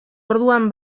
orduan